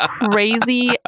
crazy